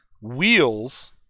Wheels